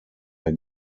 mehr